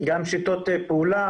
שיטות פעולה.